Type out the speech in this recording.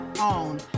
on